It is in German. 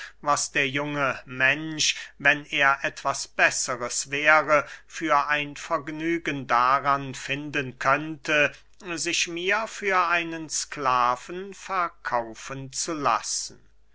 was der junge mensch wenn er etwas besseres wäre für ein vergnügen daran finden könnte sich mir für einen sklaven verkaufen zu lassen